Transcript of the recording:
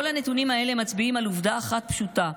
כל הנתונים האלה מצביעים על עובדה אחת פשוטה,